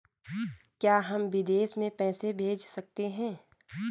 क्या हम विदेश में पैसे भेज सकते हैं?